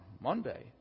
Monday